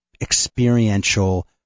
experiential